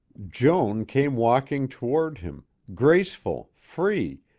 joan came walking toward him, graceful, free,